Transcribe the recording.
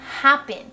happen